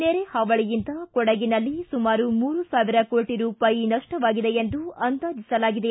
ನೆರೆಹಾವಳಿಯಿಂದ ಕೊಡಗಿನಲ್ಲಿ ಸುಮಾರು ಮೂರು ಸಾವಿರ ಕೋಟಿ ರೂಪಾಯಿ ನಷ್ಟವಾಗಿದೆ ಎಂದು ಅಂದಾಜಿಸಲಾಗಿದೆ